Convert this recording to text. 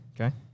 okay